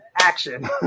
action